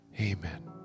Amen